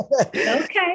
okay